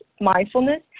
mindfulness